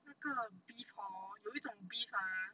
那个 beef hor 有一种 beef ah